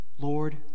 Lord